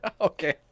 Okay